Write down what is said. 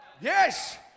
Yes